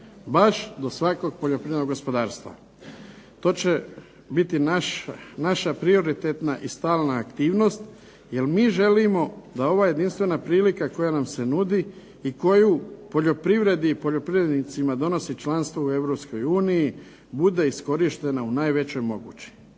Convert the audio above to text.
baš do svakog poljoprivrednog gospodarstva. To će biti naša prioritetna i stalna aktivnost jer mi želimo da ova jedinstvena prilika koja nam se nudi i koju poljoprivredi i poljoprivrednicima donosi članstvo u EU bude iskorištena u najvećoj mogući.